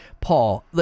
Paul